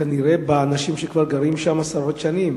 כנראה באנשים שכבר גרים שם עשרות שנים?